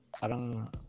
Parang